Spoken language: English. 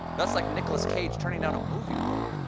that's like nicholas cage turning down a movie role.